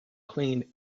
clean